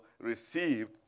received